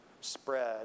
spread